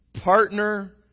partner